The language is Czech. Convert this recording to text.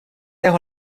jeho